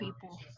people